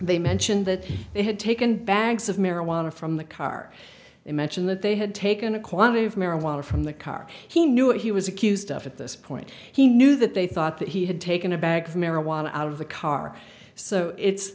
they mentioned that they had taken bags of marijuana from the car imagine that they had taken a quantity of marijuana from the car he knew what he was accused of at this point he knew that they thought that he had taken a bag of marijuana out of the car so it's